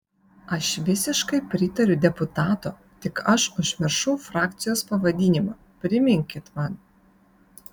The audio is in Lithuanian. aš visiškai pritariu deputato tik aš užmiršau frakcijos pavadinimą priminkit man